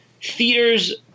theaters